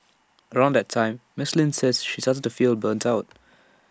around that time miss Lin says she started to feel burnt out